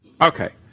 Okay